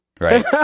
right